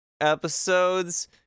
episodes